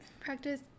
practice